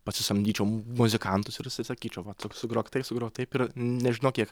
pasisamdyčiau muzikantus ir sakyčiau va tu sugrok taip sugrok taip ir nežinau kiek